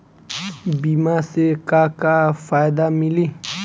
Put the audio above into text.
बीमा से का का फायदा मिली?